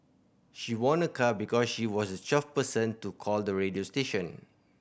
she won a car because she was twelfth person to call the radio station